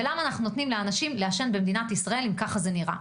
ולמה אנחנו נותנים לאנשים לעשן במדינת ישראל אם ככה זה נראה.